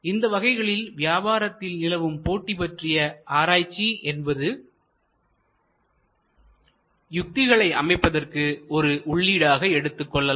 இந்த வகைகளில் வியாபாரத்தில் நிலவும் போட்டி பற்றிய ஆராய்ச்சி என்பதை யுக்திகளை அமைப்பதற்கு ஒரு உள்ளீடாக எடுத்துக்கொள்ளலாம்